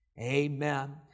Amen